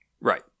Right